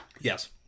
Yes